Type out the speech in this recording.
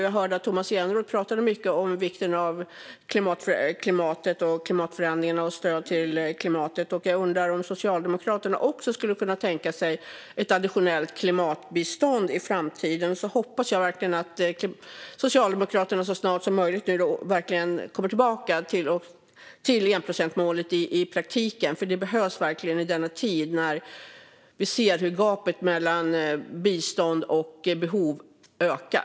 Jag hörde att Tomas Eneroth pratade mycket om klimatförändringarna och vikten av stöd till klimatet. Jag undrar om Socialdemokraterna också skulle kunna tänka sig ett additionellt klimatbistånd i framtiden. Jag hoppas verkligen att Socialdemokraterna så snart som möjligt kommer tillbaka till enprocentsmålet i praktiken, för det behövs i denna tid när vi ser hur gapet mellan bistånd och behov ökar.